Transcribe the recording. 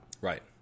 Right